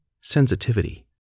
sensitivity